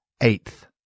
Eighth